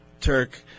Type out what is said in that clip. Turk